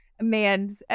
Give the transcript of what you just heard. Man